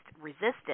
resistance